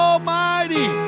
Almighty